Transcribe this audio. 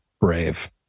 brave